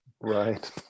Right